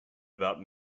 about